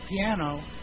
piano